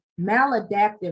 maladaptive